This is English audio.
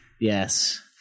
Yes